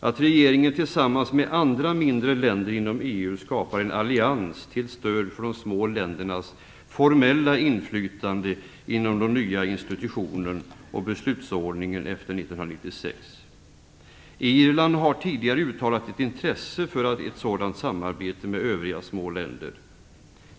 Att regeringen tillsammans med andra mindre länder inom EU skapar en allians till stöd för de små ländernas formella inflytande i den nya institutionella beslutsordningen efter 1996. Irland har tidigare uttalat ett intresse för ett sådant samarbete med övriga små länder.